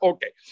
Okay